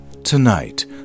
tonight